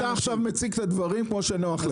אתה עכשיו מציג את הדברים כמו שנוח לך.